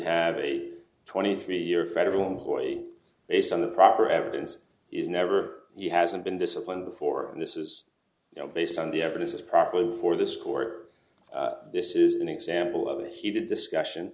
have a twenty three year federal employee based on the proper evidence is never he hasn't been disciplined before and this is now based on the evidence is properly before this court this is an example of heated discussion